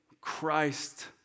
Christ